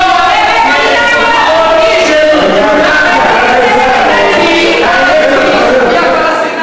ואת לא עושה את זה כי את נגררת של הימין.